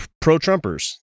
pro-Trumpers